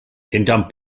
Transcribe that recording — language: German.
hinterm